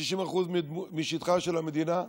שזה 60% משטחה של המדינה,